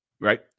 Right